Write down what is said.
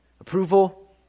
approval